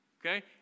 Okay